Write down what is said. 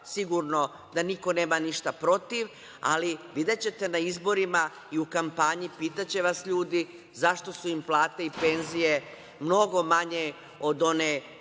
sigurno da nema niko ništa protiv, ali videćete na izborima i u kampanji, pitaće vas ljudi zašto su im plate i penzije mnogo manje od one